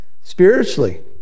spiritually